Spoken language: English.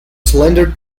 slender